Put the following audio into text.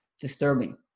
disturbing